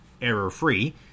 error-free